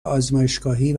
آزمایشگاهی